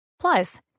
Plus